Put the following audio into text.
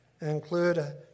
include